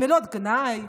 מילות גנאי,